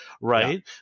right